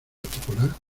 particular